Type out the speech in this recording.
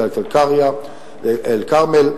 דאלית-אל-כרמל,